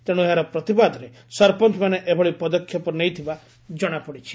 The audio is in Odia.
ତେଶୁ ଏହାର ପ୍ରତିବାଦରେ ସରପଞ୍ଚମାନେ ଏଭଳି ପଦକ୍ଷେପ ଦେଇଥିବା ଜଶାପଡିଛି